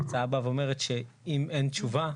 ההצעה באה ואומרת שאם אין תשובה,